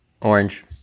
Orange